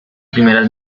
primeras